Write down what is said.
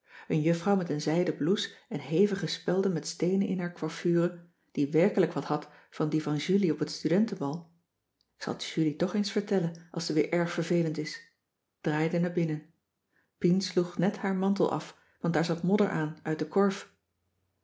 een juffrouw met een zijden blouse en hevige spelden met steenen in haar coiffure die werkelijk wat had van die van julie op t studentenbal ik zal t julie toch eens vertellen als ze weer erg vervelend is draaide naar binnen pien sloeg net haar mantel af want daar zat modder aan uit den korf